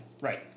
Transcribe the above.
Right